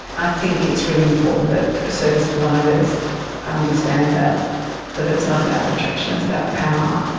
i think it's really important that service providers understand that that it's not about attraction, it's about power.